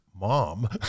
mom